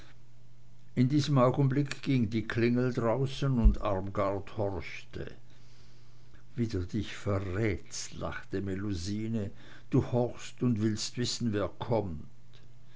in diesem augenblicke ging die klingel draußen und armgard horchte wie du dich verrätst lachte melusine du horchst und willst wissen wer kommt